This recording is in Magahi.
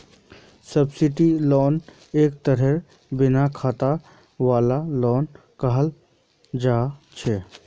सब्सिडाइज्ड लोन एक तरहेर बिन खतरा वाला लोन कहल जा छे